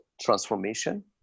transformation